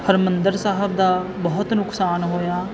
ਹਰਿਮੰਦਰ ਸਾਹਿਬ ਦਾ ਬਹੁਤ ਨੁਕਸਾਨ ਹੋਇਆ